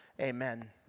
amen